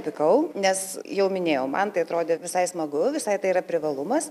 pykau nes jau minėjau man tai atrodė visai smagu visai tai yra privalumas